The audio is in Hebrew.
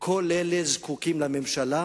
כל אלה זקוקים לממשלה